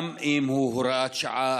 גם אם הוא הוראת שעה,